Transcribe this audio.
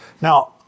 Now